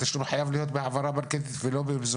התשלום חייב להיות בהעברה בנקאית ולא במזומן.